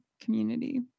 community